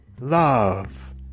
love